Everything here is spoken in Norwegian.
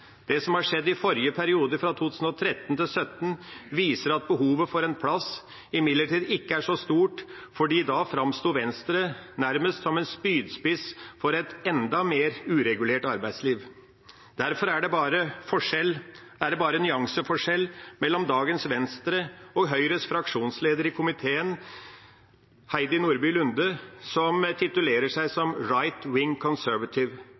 Det som har skjedd i forrige periode, fra 2013 til 2017, viser at behovet for en plass imidlertid ikke er så stort, fordi da framsto Venstre nærmest som en spydspiss for et enda mer uregulert arbeidsliv. Derfor er det bare en nyanseforskjell mellom dagens Venstre og Høyres fraksjonsleder i komiteen, Heidi Nordby Lunde, som titulerer seg som «Right Wing Conservative».